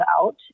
out